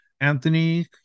Anthony